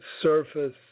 surface